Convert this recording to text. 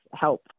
help